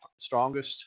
strongest